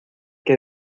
que